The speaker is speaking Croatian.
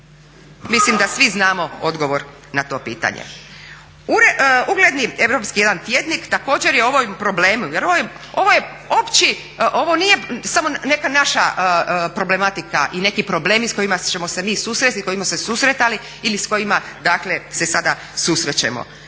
mislim da svi znamo odgovor na to pitanje. Ugledni europski jedan tjednik također je o ovom problemu jer ovo je opći, ovo nije samo neka naša problematika i neki problemi s kojima ćemo se mi susresti, sa kojima smo se susretali ili s kojima dakle se sada susrećemo,